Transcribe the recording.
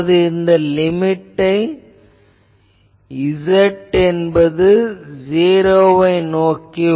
இப்போது limit z என்பது '0'வை நோக்கி